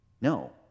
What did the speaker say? no